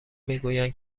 میگویند